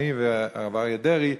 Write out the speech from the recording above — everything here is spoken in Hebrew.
שאני והרב אריה דרעי,